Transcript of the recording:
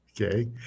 Okay